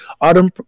autumn